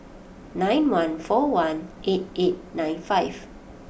nine one four one eight eight nine five